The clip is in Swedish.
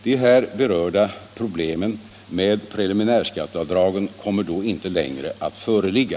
De här berörda problemen med preliminärskatteavdragen kommer då inte längre att föreligga.